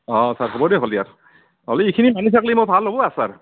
অঁ ছাৰ হ'ব দিয়ক হ'লে আৰু হ'লে এইখিনিয়ে মানি থাকিলে মোৰ ভাল হ'ব আৰু ছাৰ